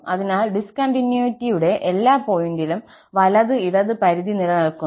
അതിനാൽ ഡിസ്കണ്ടിന്യൂയിറ്റിയുടെ എല്ലാ പോയിന്റിലും വലത് ഇടത് പരിധി നിലനിൽക്കുന്നു